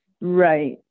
Right